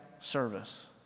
service